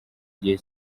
gihe